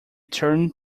turned